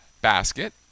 basket